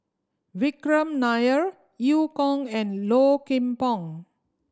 Vikram Nair Eu Kong and Low Kim Pong